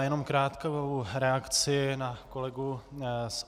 Jenom krátkou reakci na kolegy z ODS.